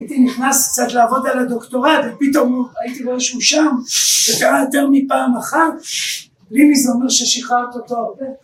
‫הייתי נכנס קצת לעבוד על הדוקטורט, ‫ופתאום הייתי רואה שהוא שם, ‫זה קרה יותר מפעם אחת. ‫לימי זה אומר ששחררת אותו הרבה.